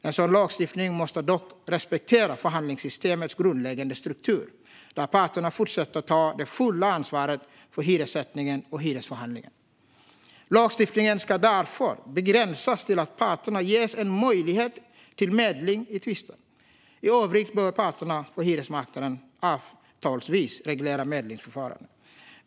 En sådan lagstiftning måste dock respektera förhandlingssystemets grundläggande struktur, där parterna fortsätter ta det fulla ansvaret för hyressättningen och hyresförhandlingen. Lagstiftningen ska därför begränsas till att parterna ges möjlighet till medling i tvister. I övrigt bör parterna på hyresmarknaden avtalsvis reglera medlingsförfarandet.